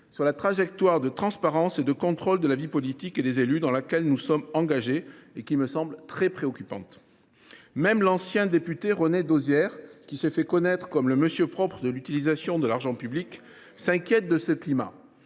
sur la trajectoire de transparence et de contrôle de la vie politique et des élus dans laquelle nous sommes engagés et qui me semble très préoccupante. Même l’ancien député René Dosière, qui s’est fait connaître comme le Monsieur Propre de l’utilisation de l’argent public, s’inquiétait de ce climat